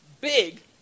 big